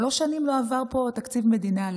שלוש שנים לא עבר פה תקציב מדינה.